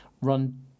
run